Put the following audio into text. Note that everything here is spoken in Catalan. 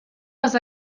les